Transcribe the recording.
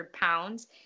pounds